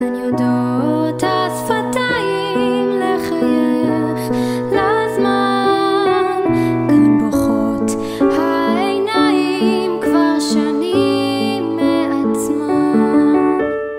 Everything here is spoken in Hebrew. הן יודעות השפתיים לחייך לזמן גם בוכות העיניים כבר שנים מעצמן